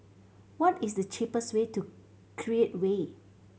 what is the cheapest way to Create Way